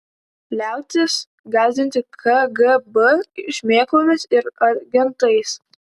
liautis gąsdinti kgb šmėklomis ir agentais